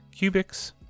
Cubics